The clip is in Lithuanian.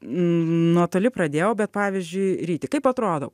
nuo toli pradėjau bet pavyzdžiui ryti kaip atrodo